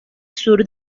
sur